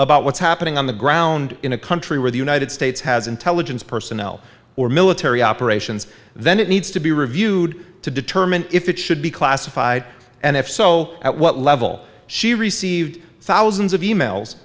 about what's happening on the ground in a country where the united states has intelligence personnel or military operations then it needs to be reviewed to determine if it should be classified and if so at what level she received thousands of e mails